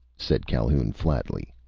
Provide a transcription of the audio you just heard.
said calhoun, flatly.